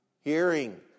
hearing